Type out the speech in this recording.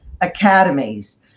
academies